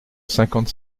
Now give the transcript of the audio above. cinquante